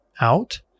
out